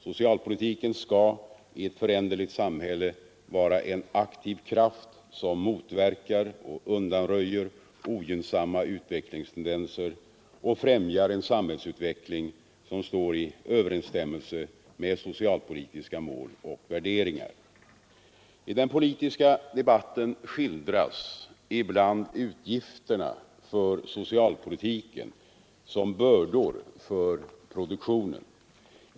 Socialpolitiken skall i ett föränderligt samhälle vara en aktiv kraft, som motverkar och undanröjer ogynnsamma utvecklingstendenser och främjar en samhällsutveckling, som står i överensstämmelse med socialpolitiska mål och värderingar. I den politiska debatten skildras ibland utgifterna för socialpolitiken som bördor för produktionen.